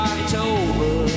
October